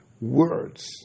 words